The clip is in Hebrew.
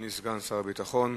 אדוני סגן שר הביטחון.